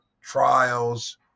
trials